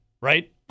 right